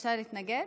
ביקשת להתנגד?